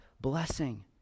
blessing